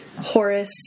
Horace